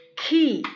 key